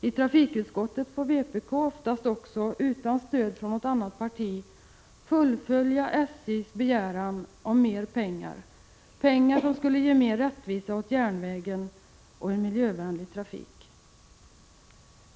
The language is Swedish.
I trafikutskottet får vpk, oftast också utan stöd från något annat parti, fullfölja SJ:s begäran om mer pengar som skulle ge mer rättvisa åt järnvägen och en miljövänlig trafik.